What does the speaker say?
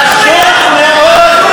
פשוט מאוד,